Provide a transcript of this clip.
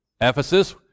Ephesus